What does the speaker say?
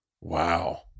Wow